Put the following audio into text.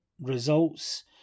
results